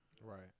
Right